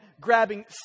grabbing